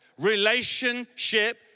Relationship